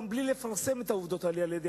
גם בלי לפרסם את העובדות האלה על-ידי